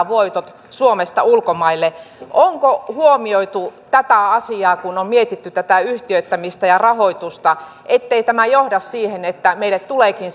voitot suomesta ulkomaille onko huomioitu tätä asiaa kun on mietitty tätä yhtiöittämistä ja rahoitusta ettei tämä johda siihen että meille tuleekin